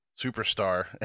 superstar